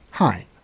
Hi